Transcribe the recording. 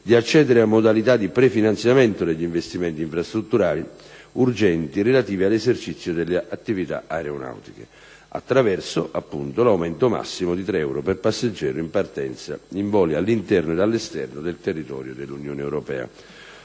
di accedere a modalità di pre-finanziamento degli investimenti infrastrutturali urgenti relativi all'esercizio delle attività aeronautiche, attraverso l'aumento massimo di 3 euro per passeggero in partenza in voli all'interno ed all'esterno del territorio dell'Unione europea.